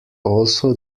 also